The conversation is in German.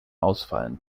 ausfallen